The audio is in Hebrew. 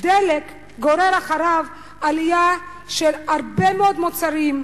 עליית מחיר הדלק גוררת אחריה עליית מחירים של הרבה מאוד מוצרים,